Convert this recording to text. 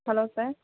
hello sir